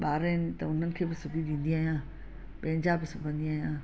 ॿार आहिनि त उन्हनि खे बि सिबी ॾींदी आहियां पंहिंजा बि सिबंदी आहियां